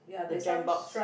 the jam box